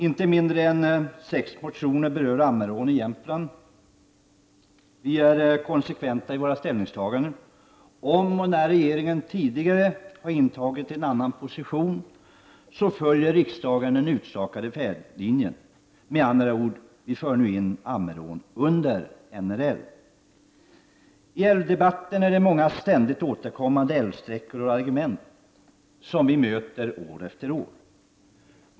Inte mindre än sex motioner berör Ammerån i Jämtland. Vi är konsekventa i våra ställningstaganden. Om regeringen tidigare intagit en annan position, följer riksdagen den utstakade färdriktningen, och vi för nu in Ammerån under NRL. I älvdebatten är det många ständigt återkommande älvsträckor och argument som vi möter år efter år.